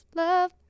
love